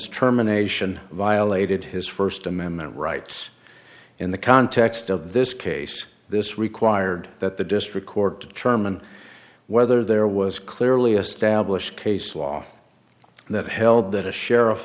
terminations violated his first amendment rights in the context of this case this required that the district court to determine whether there was clearly established case law that held that a sh